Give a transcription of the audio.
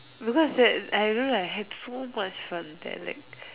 because that I don't know I have too much fun there like